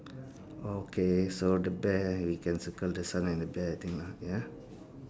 okay so the bear we can circle the son and the bear I think lah ya